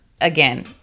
again